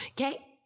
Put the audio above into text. okay